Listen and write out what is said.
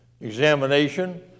Examination